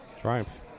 Triumph